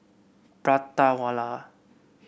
Prata Wala